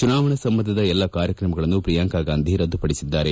ಚುನಾವಣಾ ಸಂಬಂಧದ ಎಲ್ಲ ಕಾರ್ಯಕ್ರಮಗಳನ್ನು ಪ್ರಿಯಾಂಕಾ ಗಾಂಧಿ ರದ್ದುಪಡಿಸಿದ್ದಾರೆ